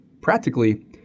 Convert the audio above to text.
practically